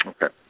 Okay